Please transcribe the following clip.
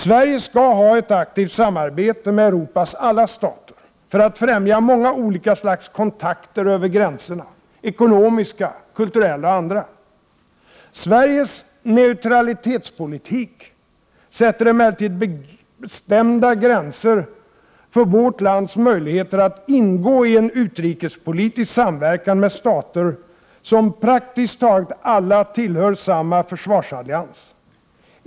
Sverige skall ha ett aktivt samarbete med Europas alla stater, för att främja många olika slags kontakter över gränserna — ekonomiska, kulturella och andra. Sveriges neutralitetspolitik sätter emellertid bestämda gränser för vårt lands möjligheter att ingå i en utrikespolitisk samverkan med stater som praktiskt taget alla tillhör samma försvarsallians.